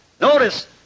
Notice